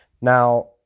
Now